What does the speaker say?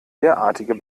derartige